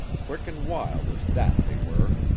quick and wild as that they were.